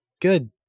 good